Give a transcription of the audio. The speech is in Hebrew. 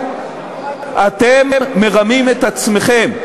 אתם מרמים את עצמכם.